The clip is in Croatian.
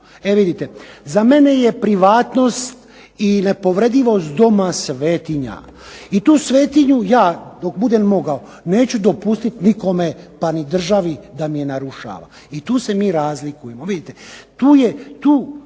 E vidite, za mene je privatnost i nepovredivost doma svetinja i tu svetinju ja dok budem mogao neću dopustit nikome pa ni državi da mi je narušava. I tu se mi razlikujemo. Vidite, to